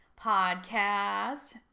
podcast